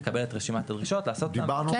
לקבל את רשימת הדרישות --- כן,